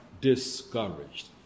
discouraged